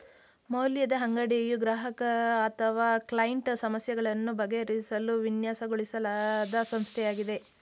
ಮೌಲ್ಯದ ಅಂಗಡಿಯು ಗ್ರಾಹಕ ಅಥವಾ ಕ್ಲೈಂಟ್ ಸಮಸ್ಯೆಗಳನ್ನು ಬಗೆಹರಿಸಲು ವಿನ್ಯಾಸಗೊಳಿಸಲಾದ ಸಂಸ್ಥೆಯಾಗಿದೆ